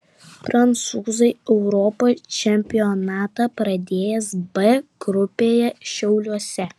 prancūzai europos čempionatą pradės b grupėje šiauliuose